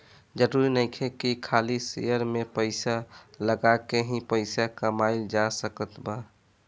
जरुरी नइखे की खाली शेयर में पइसा लगा के ही पइसा कमाइल जा सकत बा